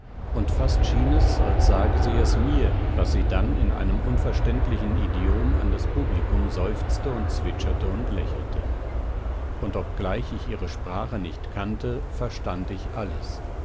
und fast schien es als sage sie es mir was sie dann in einem unverständlichen idiom in das publikum seufzte und zwitscherte und lächelte und obgleich ich ihre sprache nicht kannte verstand ich alles